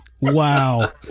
Wow